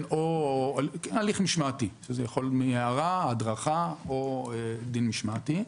הליך משמעתי יכול מהערה, הדרכה או דין משמעתי.